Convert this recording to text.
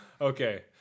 okay